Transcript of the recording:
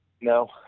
No